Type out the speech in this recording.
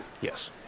Yes